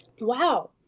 Wow